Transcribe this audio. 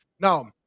now